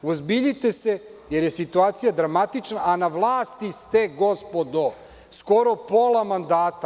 Uozbiljite se jer je situacija dramatična, a na vlasti ste gospodo skoro pola mandata.